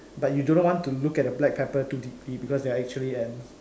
but you do not want to look at the black pepper too deeply because they're actually ants